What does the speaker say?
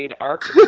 arc